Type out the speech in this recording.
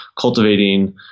cultivating